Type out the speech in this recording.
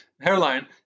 hairline